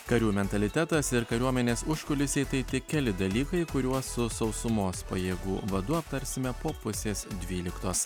karių mentalitetas ir kariuomenės užkulisiai tai tik keli dalykai kuriuos su sausumos pajėgų vadu aptarsime po pusės dvyliktos